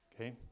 okay